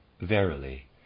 Verily